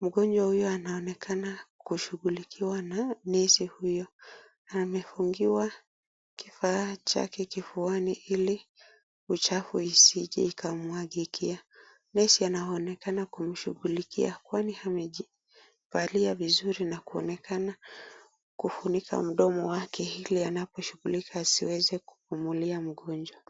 Mgonjwa huyu anaonekana kushughulikiwa na nesi huyo, amefungiwa kifaa chake kifuani ili uchafu isije ikamwagikia. Nesi anaonekana kumshughulikia kwaniamevalia vizuri na kuonekana kufunika mdomo wake ili anapo shughulika asije akampumulia kwa mdomo.